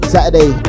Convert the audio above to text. Saturday